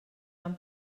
han